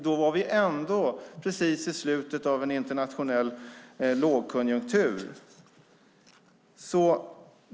Då var vi ändå i slutet av en internationell lågkonjunktur.